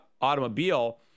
automobile